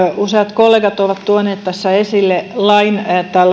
useat kollegat ovat tuoneet tässä esille lain